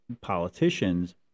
politicians